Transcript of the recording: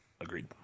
Agreed